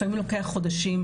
לפעמים זה לוקח חודשים.